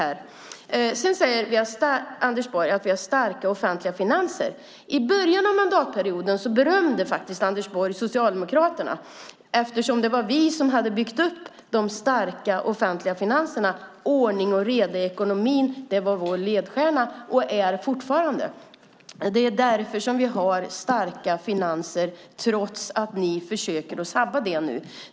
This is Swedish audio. Anders Borg säger sedan att vi har starka offentliga finanser. I början av mandatperioden berömde faktiskt Anders Borg Socialdemokraterna, eftersom det var vi som hade byggt upp de starka offentliga finanserna. Ordning och reda i ekonomin var och är fortfarande vår ledstjärna. Det är därför vi har starka finanser trots att ni försöker sabba det nu.